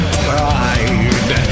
pride